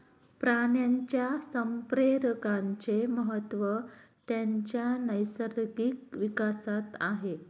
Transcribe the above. प्राण्यांच्या संप्रेरकांचे महत्त्व त्यांच्या नैसर्गिक विकासात आहे